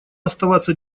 оставаться